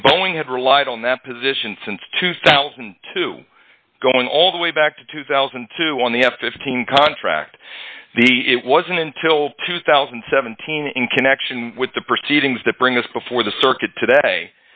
and boeing had relied on that position since two thousand and two going all the way back to two thousand and two on the f fifteen contract the it wasn't until two thousand and seventeen in connection with the proceedings to bring this before the circuit today